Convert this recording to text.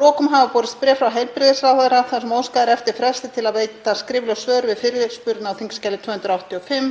lokum hafa borist bréf frá heilbrigðisráðherra þar sem óskað er eftir fresti til að veita skrifleg svör við fyrirspurn á þskj. 285,